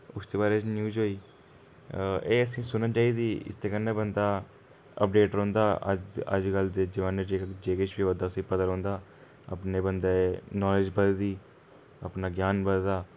उसदे बारे च न्यूज होई एह् असें सुनने चाहिदी इसदे कन्नै बंदा अपडेट रौंह्दा अजकल अजकल दे जमाने च जे किश बी होआ दा उस्सी पता रौंह्दा अपने बंदे नोलेज बधदी अपना ज्ञान बधदा